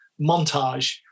Montage